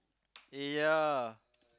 eh ya